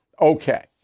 Okay